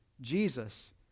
Jesus